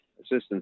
assistance